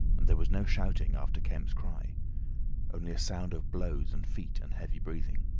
and there was no shouting after kemp's cry only a sound of blows and feet and heavy breathing.